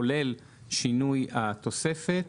כולל שינוי התוספת,